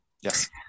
Yes